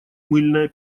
мыльная